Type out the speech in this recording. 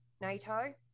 NATO